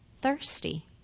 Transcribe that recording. thirsty